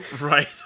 Right